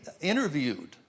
interviewed